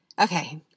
Okay